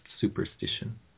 superstition